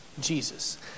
Jesus